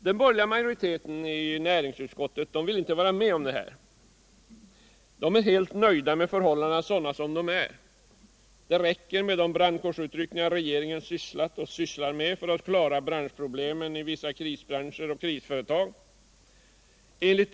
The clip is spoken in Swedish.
Den borgerliga majoriteten i näringsutskottet vill dock inte vara med om detta. Den är helt nöjd med förhållandena som de är. Det räcker med de brandkårsutryckningar som regeringen har sysslat och sysslar med för att klara branschproblemen i vissa krisbranscher och krisföretag.